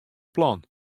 plan